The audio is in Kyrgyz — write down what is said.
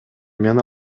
мен